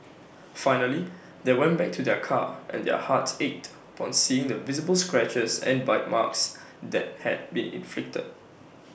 finally they went back to their car and their hearts ached upon seeing the visible scratches and bite marks that had been inflicted